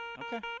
Okay